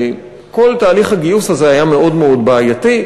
וכל תהליך הגיוס הזה היה מאוד בעייתי.